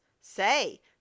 Say